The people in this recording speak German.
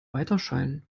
weiterscheinen